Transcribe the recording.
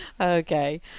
Okay